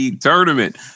tournament